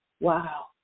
Wow